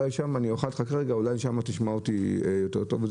אולי שם תשמע אותי יותר טוב.